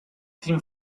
team